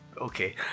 Okay